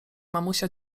mamusia